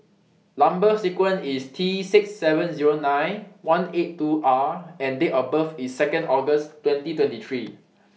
Number sequence IS T six seven Zero nine one eight two R and Date of birth IS two August twenty twenty three